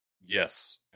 Yes